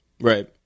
Right